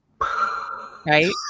Right